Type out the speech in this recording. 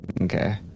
Okay